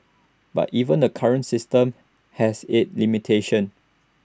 but even the current system has its limitations